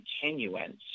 continuance